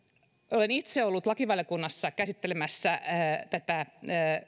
olen itse ollut lakivaliokunnassa käsittelemässä tätä